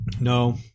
No